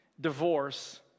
divorce